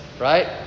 right